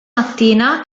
mattina